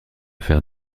faire